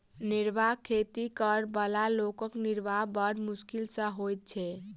निर्वाह खेती करअ बला लोकक निर्वाह बड़ मोश्किल सॅ होइत छै